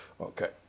Okay